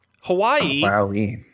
Hawaii